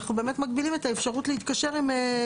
אנחנו באמת מגבילים את האפשרות להתקשר עם,